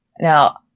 Now